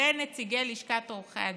ונציגי לשכת עורכי הדין.